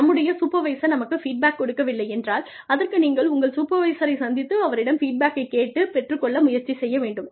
நம்முடைய சூப்பர்வைசர் நமக்கு ஃபீட்பேக் கொடுக்கவில்லை என்றால் அதற்கு நீங்கள் உங்கள் சூப்பர்வைசரை சந்தித்து அவரிடம் ஃபீட்பேக்கை கேட்டுப் பெற்றுக்கொள்ள முயற்சி செய்ய வேண்டும்